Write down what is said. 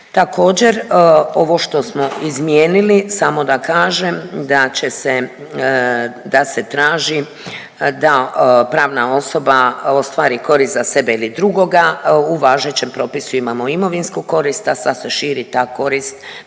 Također, ovo što smo izmijenili, samo da kažem da će se, da se traži da pravna osoba ostvari korist za sebe ili drugoga, u važećem propisu imamo imovinsku korist, a sad se širi ta korist